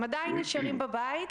הם עדיין נשארים בבית.